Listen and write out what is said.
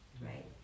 Right